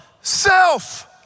self